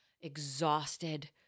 exhausted